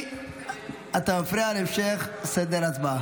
אתה מפריע להמשך סדר ההצבעה.